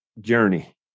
journey